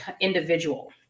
individual